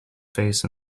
face